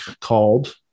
called